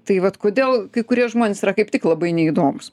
tai vat kodėl kai kurie žmonės yra kaip tik labai neįdomūs